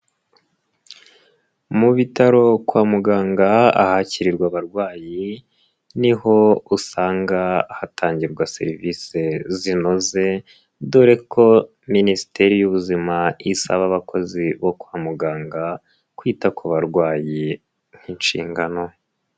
Mu bitaro kwa muganga ahakirirwa abarwayi, niho usanga hatangirwa serivisi zinoze, dore ko minisiteri y'ubuzima isaba abakozi bo kwa muganga kwita ku barwayi nk'inshingano.